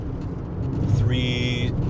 three